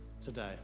today